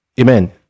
amen